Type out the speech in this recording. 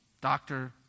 doctor